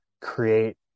create